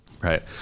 right